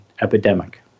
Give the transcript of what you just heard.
epidemic